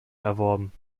erworben